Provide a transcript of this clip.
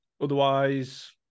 Otherwise